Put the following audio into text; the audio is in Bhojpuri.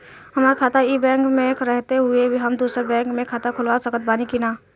हमार खाता ई बैंक मे रहते हुये हम दोसर बैंक मे खाता खुलवा सकत बानी की ना?